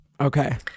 Okay